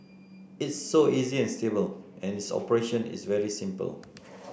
it's so easy and stable and its operation is very simple